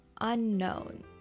unknown